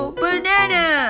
banana